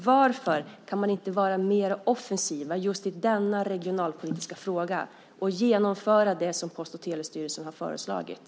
Varför kan man inte vara mer offensiv just i denna regionalpolitiska fråga och genomföra det som Post och telestyrelsen har föreslagit?